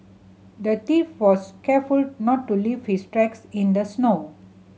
the thief was careful not to leave his tracks in the snow